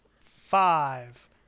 five